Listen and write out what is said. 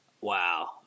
Wow